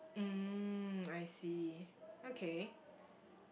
mm I see okay